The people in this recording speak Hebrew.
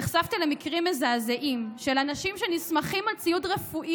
נחשפתי למקרים מזעזעים של אנשים שנסמכים על ציוד רפואי